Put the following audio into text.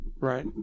Right